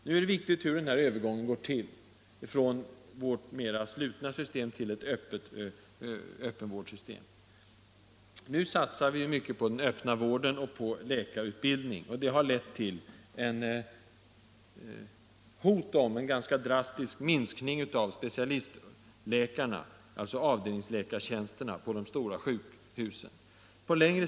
Det är viktigt hur en övergång från vårt mera slutna system till ett öppenvårdssystem går till. Nu satsar vi mycket på den öppna vården och på läkarutbildningen och det har lett till ett hot om en drastisk minskning av antalet specialistläkartjänster, alltså avdelningsläkartjänster, på de stora sjukhusen.